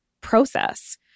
process